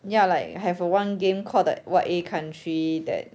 ya like have one game called the what A country that